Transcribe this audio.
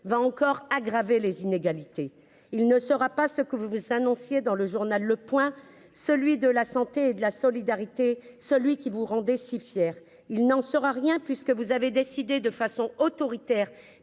va encore aggraver les inégalités, il ne sera pas ce que vous annonciez dans le journal Le Point, celui de la santé et de la solidarité, celui qui vous rendez si fier, il n'en sera rien puisque vous avez décidé de façon autoritaire